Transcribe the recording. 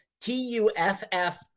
T-U-F-F